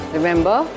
Remember